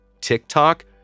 TikTok